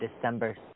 December